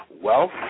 wealth